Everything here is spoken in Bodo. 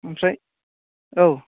ओमफ्राय औ